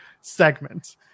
segment